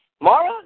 Mara